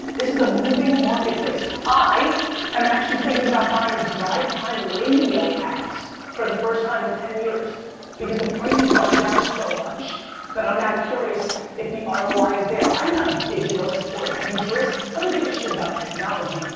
this is a moving marketplace. i am actually thinking about buying drive time radio ads for the first time in ten years because the price has gone down so much that i'm now curious if the ah roi is there. i'm not a digitalist or a futurist. i don't give a shit about technology.